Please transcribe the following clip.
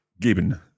geben